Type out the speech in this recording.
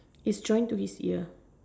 is drive to India